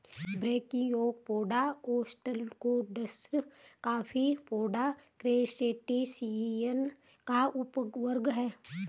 brachiopoda, ostracods, copepoda, crustacean का उपवर्ग है